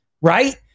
right